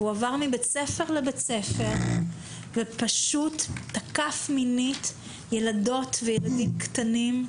והוא עבר מבית ספר לבית ספר ותקף מינית ילדות וילדים קטנים.